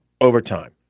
overtime